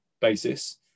basis